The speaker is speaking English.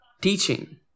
teaching